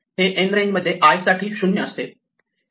हे n range मध्ये i साठी 0 असते